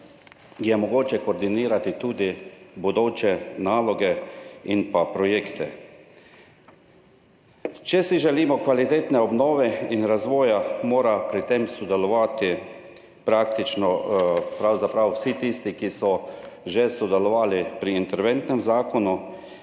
je mogoče koordinirati tudi bodoče naloge in projekte, če si želimo kvalitetne obnove in razvoja, morajo pri tem sodelovati praktično vsi tisti, ki so že sodelovali pri interventnem zakonu,